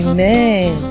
Amen